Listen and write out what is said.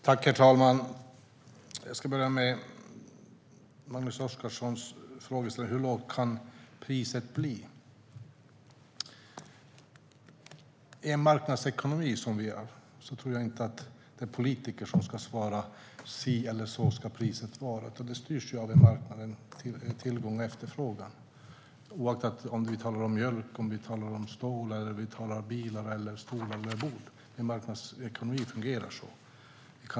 Herr talman! Jag ska börja med Magnus Oscarssons fråga om hur lågt priset kan bli. I en marknadsekonomi, som vi har, tror jag inte att politiker ska säga att priset ska vara si eller så. Det styrs i stället av marknaden - av tillgång och efterfrågan - oavsett om vi talar om mjölk, bilar, stolar eller bord. En marknadsekonomi fungerar så.